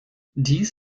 dies